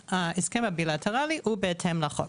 אז ההסכם הבילטרלי הוא בהתאם לחוק.